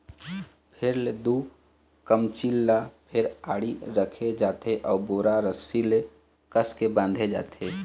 फेर ले दू कमचील ल फेर आड़ी रखे जाथे अउ बोरा रस्सी ले कसके बांधे जाथे